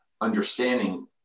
understanding